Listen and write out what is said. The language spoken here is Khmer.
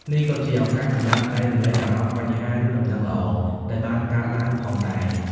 នេះក៏ជាឱកាសសម្រាប់ចែករំលែកអារម្មណ៍ បញ្ហា ឬដំណឹងល្អ ដែលបានកើតឡើងផងដែរ។